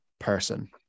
person